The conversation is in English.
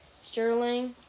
Sterling